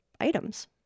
items